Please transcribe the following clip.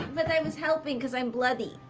but i was helping because i'm bloody.